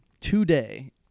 today